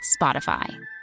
Spotify